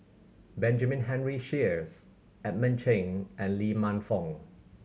Benjamin Henry Sheares Edmund Cheng and Lee Man Fong